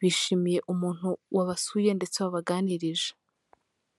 Bishimiye umuntu wabasuye ndetse wabaganirije.